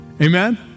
Amen